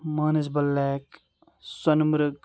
Manasbal lake سۄنہٕ مرٕگ